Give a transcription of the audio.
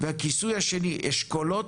והכיסוי השני אשכולות,